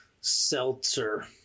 seltzer